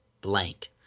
blank